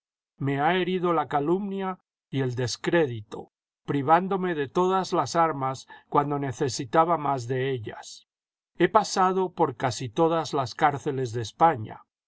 me ha herido la calumnia y el descrédito privándome de todas las armas cuando necesitaba más de ellas he pasado por casi todas las cárceles de españa